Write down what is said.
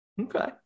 okay